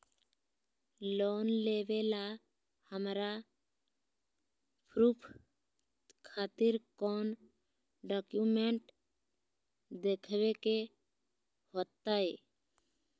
Loan लेबे ला हमरा प्रूफ खातिर कौन डॉक्यूमेंट देखबे के होतई?